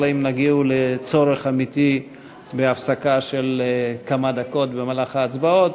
אלא אם נגיע לצורך אמיתי בהפסקה של כמה דקות במהלך ההצבעות,